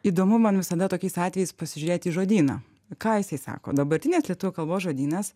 įdomu man visada tokiais atvejais pasižiūrėt į žodyną ką jisai sako dabartinės lietuvių kalbos žodynas